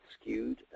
skewed